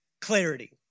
clarity